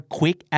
quick